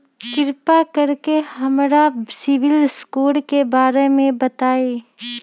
कृपा कर के हमरा सिबिल स्कोर के बारे में बताई?